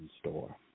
store